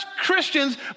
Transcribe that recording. Christians